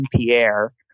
Pierre